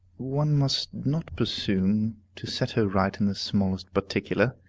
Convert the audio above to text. one must not presume to set her right in the smallest particular.